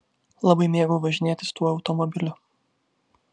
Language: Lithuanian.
labai mėgau važinėtis tuo automobiliu